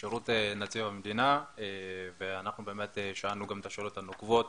נציבות שירות המדינה ואנחנו באמת שאלנו את השאלות הנוקבות